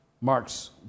Mark's